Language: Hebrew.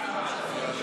עד גבול מסוים,